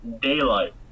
daylight